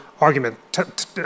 argument